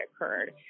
occurred